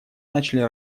начали